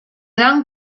dan